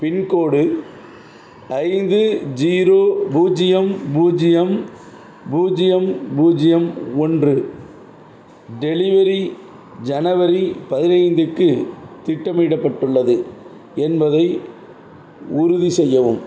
pincode ஐந்து zero பூஜ்ஜியம் பூஜ்ஜியம் பூஜ்ஜியம் பூஜ்ஜியம் ஒன்று டெலிவரி ஜனவரி பதினைந்துக்கு திட்டமிடப்பட்டுள்ளது என்பதை உறுதி செய்யவும்